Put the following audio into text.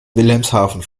wilhelmshaven